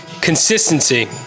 Consistency